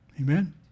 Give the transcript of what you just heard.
Amen